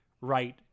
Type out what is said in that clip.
right